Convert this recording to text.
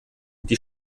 die